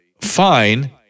fine